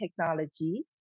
technology